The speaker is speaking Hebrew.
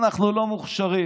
אנחנו לא מוכשרים.